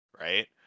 right